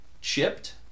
chipped